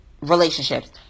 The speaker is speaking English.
relationships